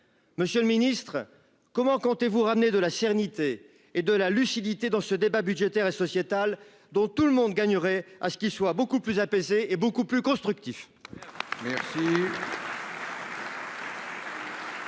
Monsieur le Ministre, comment comptez-vous ramener de la sérénité et de la lucidité dans ce débat budgétaire et sociétal dont tout le monde gagnerait à ce qu'il soit beaucoup plus apaisée et beaucoup plus constructif.